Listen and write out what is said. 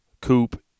coupe